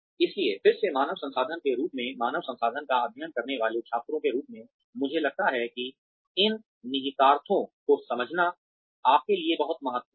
इसलिए फिर से मानव संसाधन के रूप में मानव संसाधन का अध्ययन करने वाले छात्रों के रूप में मुझे लगता है कि इन निहितार्थों implicationsको समझना आपके लिए बहुत महत्वपूर्ण है